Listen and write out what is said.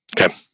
Okay